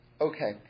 Okay